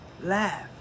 Laugh